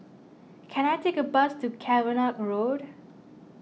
can I take a bus to Cavenagh Road